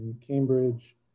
Cambridge